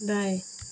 दाएँ